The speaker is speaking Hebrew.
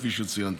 כפי שציינתי.